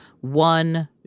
one